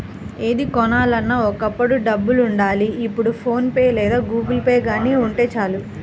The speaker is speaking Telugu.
ఏది కొనాలన్నా ఒకప్పుడు డబ్బులుండాలి ఇప్పుడు ఫోన్ పే లేదా గుగుల్పే గానీ ఉంటే చాలు